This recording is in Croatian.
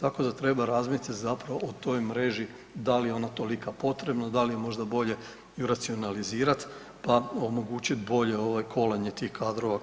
Tako da treba razviti zapravo u toj mreži da li je ona tolika potrebna, da li je možda bolje ju racionalizirati pa omogućiti bolje kolanje tih kadrova